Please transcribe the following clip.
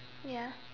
ya